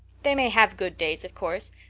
they may have good days, of course,